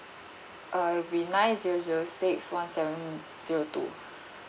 uh it will be nine zero zero six one seven zero two